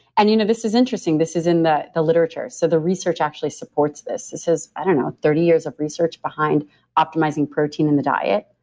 and you know this is interesting. this is in the the literature. so, the research actually supports this. this is, i don't know, thirty years of research behind optimizing protein in the diet.